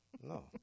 no